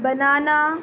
banana